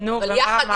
אבל יחד עם